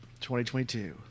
2022